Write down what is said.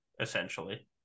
essentially